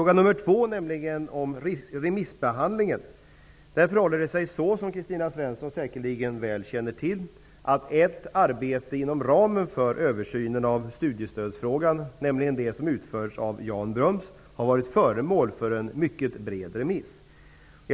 Vad gäller remissbehandlingen förhåller det sig så -- som Kristina Svensson säkerligen väl känner till -- att ett arbete inom ramen för översynen av studiestödsfrågan, nämligen det som utförs av Jan Bröms, har varit föremål för en mycket bred remissomgång.